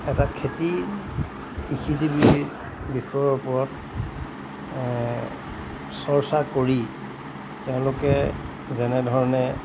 এটা খেতি কৃষিজীৱীৰ বিষয়ৰ ওপৰত চৰ্চা কৰি তেওঁলোকে যেনেধৰণে